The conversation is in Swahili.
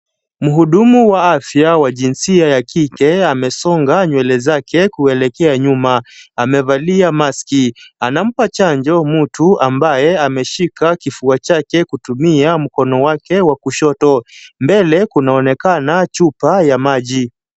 Mhudumu wa afya wa jinsia ya kike amesonga nywele zake kuelekea nyuma. Amevalia maski. Anampa chanjo mtu ambaye ameshika kifua chake kutumia mkono wake wa kushoto. Mbele kunaonekana chupa ya maji.